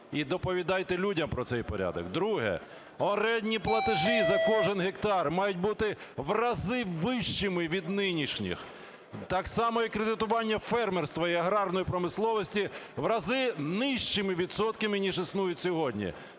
І доповідайте людям про цей порядок. Друге. Орендні платежі за кожен гектар мають бути в рази вищими від нинішніх, так само і кредитування фермерства і аграрної промисловості в рази нижчими відсотками ніж існують сьогодні.